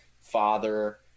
father